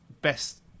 best